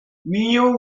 mueang